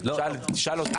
תשאל אותו מה ההנחות.